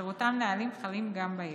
אותם נהלים חלים גם בהם.